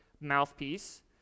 mouthpiece